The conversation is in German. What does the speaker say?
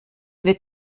wir